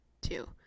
two